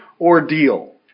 ordeal